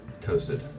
toasted